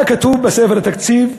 מה כתוב בספר התקציב?